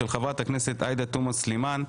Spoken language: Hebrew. של חה"כ עאידה תומא סלימאן.